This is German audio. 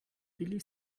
willi